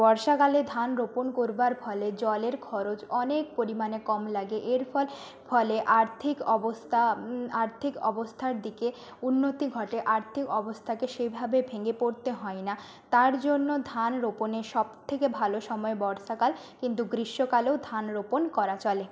বর্ষাকালে ধান রোপণ করবার ফলে জলের খরচ অনেক পরিমাণে কম লাগে এর ফলে আর্থিক অবস্থা আর্থিক অবস্থার দিকে উন্নতি ঘটে আর্থিক অবস্থাকে সেইভাবে ভেঙে পড়তে হয় না তার জন্য ধান রোপণের সব থেকে ভালো সময় বর্ষাকাল কিন্তু গ্রীষ্মকালেও ধান রোপণ করা চলে